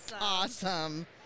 Awesome